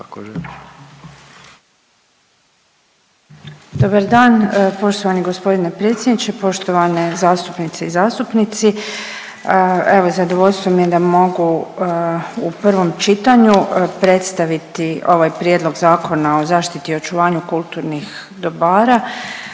Dobar dan. Poštovani g. predsjedniče, poštovane zastupnice i zastupnici. Evo zadovoljstvo mi je da mogu u prvom čitanju predstaviti ovaj Prijedlog zakona o zaštiti i očuvanju kulturnih dobara